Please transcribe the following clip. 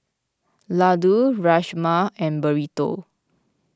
Ladoo Rajma and Burrito